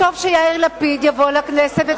וטוב שיאיר לפיד יבוא לכנסת,